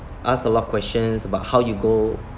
ask a lot of questions about how you go